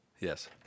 Yes